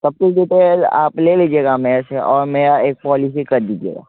सब की डिटेल आप ले लीजिएगा मेरे से और मेरी एक पॉलिसी कर दीजिएगा